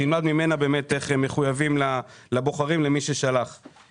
שילמד ממנה איך מחויבים לבוחרים ששלחו אותך.